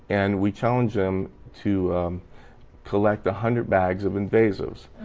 and we challenge them to collect a hundred bags of invasives.